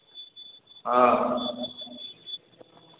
हँ